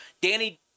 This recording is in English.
Danny